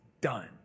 done